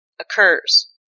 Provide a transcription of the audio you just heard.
occurs